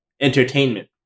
entertainment